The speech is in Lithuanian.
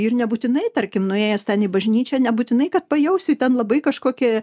ir nebūtinai tarkim nuėjęs ten į bažnyčią nebūtinai kad pajausi ten labai kažkokie